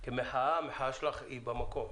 המחאה שלך היא במקום.